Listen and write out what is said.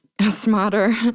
smarter